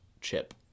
chip